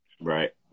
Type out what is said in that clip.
right